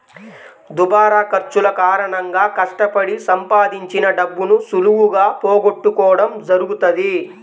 దుబారా ఖర్చుల కారణంగా కష్టపడి సంపాదించిన డబ్బును సులువుగా పోగొట్టుకోడం జరుగుతది